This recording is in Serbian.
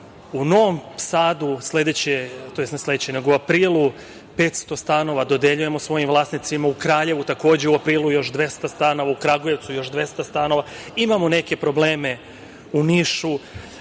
U Novom Sadu u aprilu 500 stanova dodeljujemo svojim vlasnicima, u Kraljevu takođe u aprilu još 200 stanova, u Kragujevcu još 200 stanova. Imamo neke probleme u Nišu,